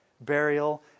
burial